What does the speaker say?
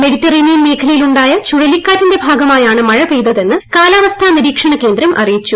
Mediterranean മേഖലയിലുണ്ടായ ചുഴലിക്കാറ്റിന്റെ ഭാഗമായാണ് മഴപെയ്തതെന്ന് കാലാവസ്ഥാ നിരീക്ഷണ കേന്ദ്രം അറിയിച്ചു